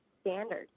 standard